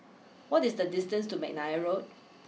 what is the distance to McNair Road